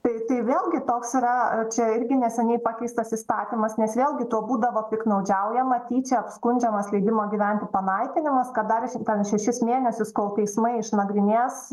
tai tai vėlgi toks yra čia irgi neseniai pakeistas įstatymas nes vėlgi tuo būdavo piktnaudžiaujama tyčia apskundžiamas leidimo gyventi panaikinimas kad dar š ten šešis mėnesius kol teismai išnagrinės